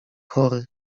chory